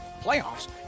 Playoffs